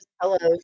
hello